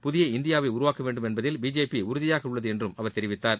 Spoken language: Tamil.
புதிய இந்தியாவை உருவாக்க வேண்டும் என்பதில் பிஜேபி உறுதியாக உள்ளது என்றும் அவர் தெரிவித்தார்